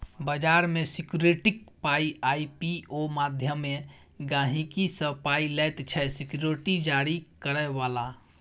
बजार मे सिक्युरिटीक पाइ आइ.पी.ओ माध्यमे गहिंकी सँ पाइ लैत छै सिक्युरिटी जारी करय बला